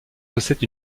possède